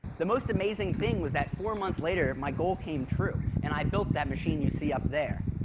the most amazing thing was that four months later my goal came true, and i built that machine you see up there.